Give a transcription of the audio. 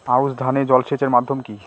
আউশ ধান এ জলসেচের মাধ্যম কি?